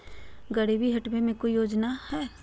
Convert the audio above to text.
गरीबी हटबे ले कोई योजनामा हय?